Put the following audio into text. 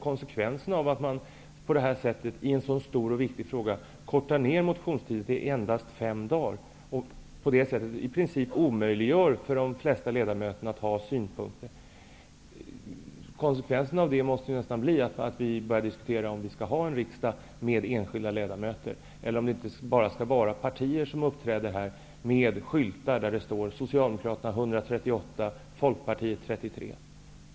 Konsekvenserna av att man i en så stor och viktig fråga kortar ned motionstiden till endast fem dagar, och på det sättet i princip omöjliggör för de flesta ledamöter att ha synpunkter, måste nästan bli att vi börjar diskutera om vi skall ha en riksdag med enskilda ledamöter. Det kanske bara skall vara partier som uppträder här, med skyltar där det står Socialdemokraterna 138, Folkpartiet 33.